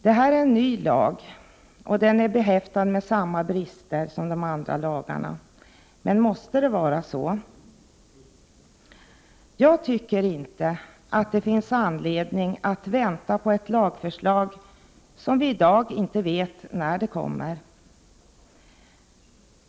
Den nya lagen är behäftad med samma brister som de andra lagarna. Men måste det vara på det sättet? Jag tycker inte att det finns anledning att vänta på ett lagförslag, som vi i dag inte vet när det kommer.